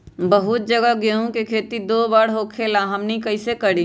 बहुत जगह गेंहू के खेती दो बार होखेला हमनी कैसे करी?